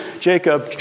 Jacob